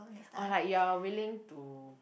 or like you're willing to